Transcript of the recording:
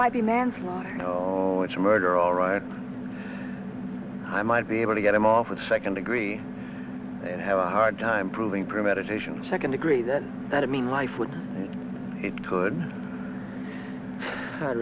might be manslaughter oh it's murder alright i might be able to get him off with second degree and have a hard time proving premeditation to second degree that that i mean life with it could